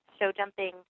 show-jumping